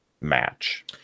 match